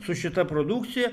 su šita produkcija